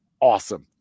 awesome